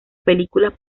películas